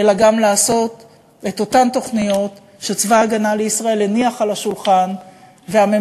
אלא גם לעשות את אותן תוכניות שצבא הגנה לישראל הניח על השולחן והממשלה,